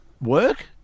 work